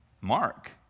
Mark